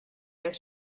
their